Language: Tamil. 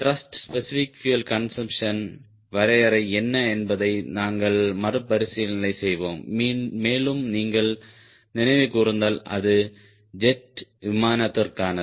த்ருஷ்ட் ஸ்பெசிபிக் பியூயல் கன்சம்ப்ஷன் வரையறை என்ன என்பதை நாங்கள் மறுபரிசீலனை செய்வோம் மேலும் நீங்கள் நினைவு கூர்ந்தால் அது ஜெட் விமானத்திற்கானது